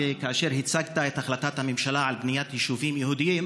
כאשר הצגת את החלטת הממשלה על בניית יישובים יהודיים,